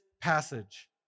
passage